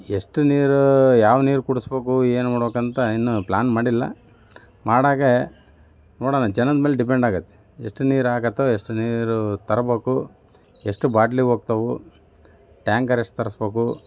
ಎಷ್ಟು ನೀರು ಯಾವ ನೀರು ಕುಡಿಸಬೇಕು ಏನು ಮಾಡ್ಬೇಕಂತ ಇನ್ನೂ ಪ್ಲಾನ್ ಮಾಡಿಲ್ಲ ಮಾಡಾಗೆ ನೋಡೋಣ ಜನದಮೇಲೇ ಡಿಪೆಂಡ್ ಆಗತ್ತೆ ಎಷ್ಟು ನೀರು ಆಗತ್ತೋ ಎಷ್ಟು ನೀರು ತರಬೇಕು ಎಷ್ಟು ಬಾಟ್ಲಿ ಹೋಗ್ತಾವೆ ಟ್ಯಾಂಕರ್ ಎಷ್ಟು ತರಿಸ್ಬೇಕು